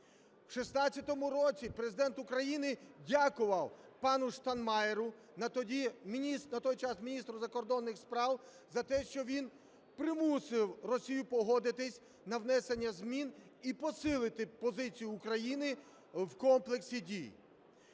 В 16-му році Президент України дякував пану Штайнмайєру, на той час міністру закордонних справ, за те, що він примусив Росію погодитись на внесення змін і посилити позицію України в комплексі дій.